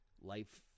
life